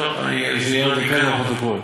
שיקרא בפרוטוקול.